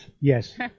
Yes